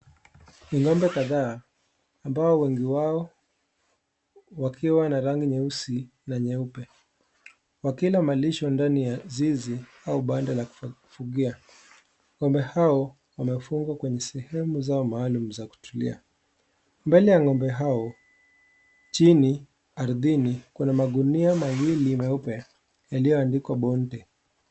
Ng'ombe kadhaa ambao wengi wao wakiwa na rangi nyeusi na nyeupe wakila malisho ndani ya zizi au banda la kufugia. Ng'ombe hao wamefungwa kwenye sehemu zao maalum za kutulia. Mbele ya ng'ombe hao, chini ardhini kuna magunia mawili meupe yaliyoandikwa bonte.